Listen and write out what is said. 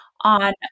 on